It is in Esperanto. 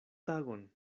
tagon